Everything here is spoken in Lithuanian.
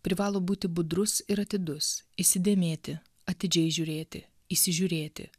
privalo būti budrus ir atidus įsidėmėti atidžiai žiūrėti įsižiūrėti